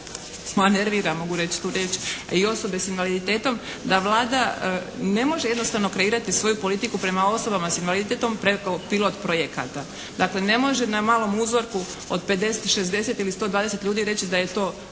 nervira, mogu reći tu riječ a i osobe s invaliditetom da Vlada ne može jednostavno kreirati svoju politiku prema osobama s invaliditetom preko pilot projekata. Dakle, ne može na malom uzorku od 50, 60 ili 120 ljudi reći da je to